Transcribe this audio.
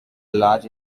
large